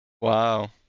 Wow